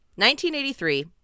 1983